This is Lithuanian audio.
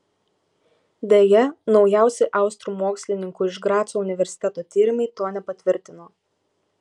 deja naujausi austrų mokslininkų iš graco universiteto tyrimai to nepatvirtino